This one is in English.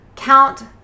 Count